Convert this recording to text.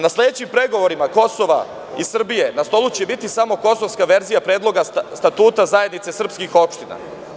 Na sledećim pregovorima Kosova i Srbije na stolu će biti samo kosovska verzija predloga Statuta zajednice srpskih opština.